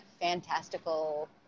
fantastical